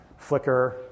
Flickr